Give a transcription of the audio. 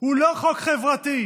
הוא לא חוק חברתי,